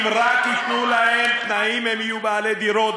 אם רק ייתנו להם תנאים, הם יהיו בעלי דירות.